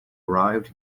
arrived